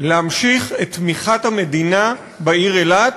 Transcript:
להמשיך את תמיכת המדינה בעיר אילת,